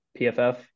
PFF